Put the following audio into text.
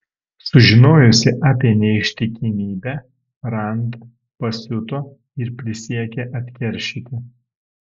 sužinojusi apie neištikimybę rand pasiuto ir prisiekė atkeršyti